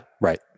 right